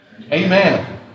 Amen